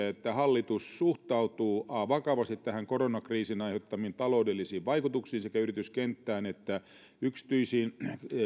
että hallitus suhtautuu vakavasti koronakriisin aiheuttamiin taloudellisiin vaikutuksiin sekä yrityskenttään että yksityisiin